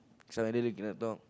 suddenly they cannot talk